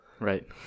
Right